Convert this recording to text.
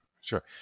Sure